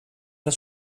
das